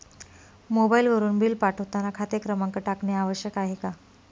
मोबाईलवरून बिल पाठवताना खाते क्रमांक टाकणे आवश्यक आहे का?